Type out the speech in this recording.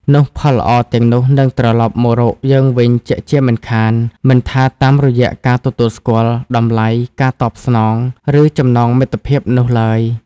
នោះផលល្អទាំងនោះនឹងត្រឡប់មករកយើងវិញជាក់ជាមិនខាន មិនថាតាមរយៈការទទួលស្គាល់ តម្លៃ ការតបស្នង ឬចំណងមិត្តភាពនោះឡើយ។